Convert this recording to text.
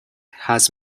has